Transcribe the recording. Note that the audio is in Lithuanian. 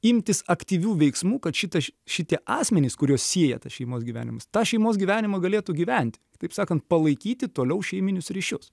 imtis aktyvių veiksmų kad šitaš šitie asmenys kuriuos sieja tas šeimos gyvenimas tą šeimos gyvenimą galėtų gyventi taip sakant palaikyti toliau šeiminius ryšius